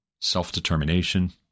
self-determination